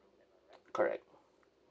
correct